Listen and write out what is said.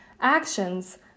actions